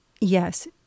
yes